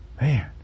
Man